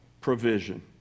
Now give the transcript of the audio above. provision